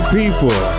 people